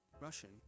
Russian